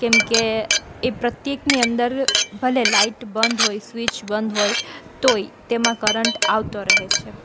કેમ કે એ પ્રત્યેકની અંદર ભલે લાઇટ બંધ હોય સ્વિચ બંધ હોય તોય તેમાં કરંટ આવતો રહે છે